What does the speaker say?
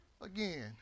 again